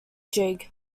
jig